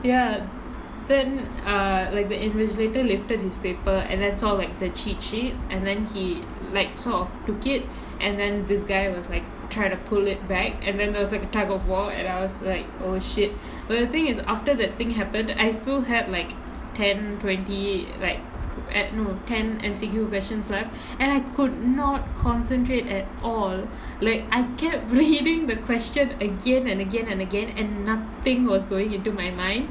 ya then err like the invigilator lifted his paper and then saw like the cheat sheet and then he like sort of took it and then this guy was like try to pull it back and then there was like a tug of war and I was like oh shit but the thing is after that thing happened I still have like ten twenty like no ten M_C_Q questions left and I could not concentrate at all like I kept reading the questions again and again and again and nothing was going into my mind